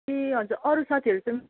ए हजुर अरू साथीहरू चाहिँ